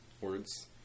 words